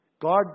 God